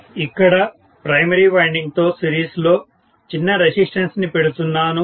ఇక్కడ primary winding తో series లో చిన్న రెసిస్టెన్స్ ని పెడుతున్నాను